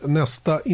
nästa